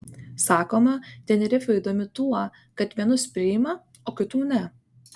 sakoma tenerifė įdomi tuo kad vienus priima o kitų ne